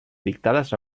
dictades